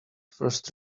first